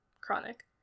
chronic